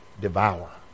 devour